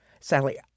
Sally